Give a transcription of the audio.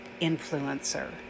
influencer